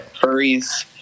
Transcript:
Furries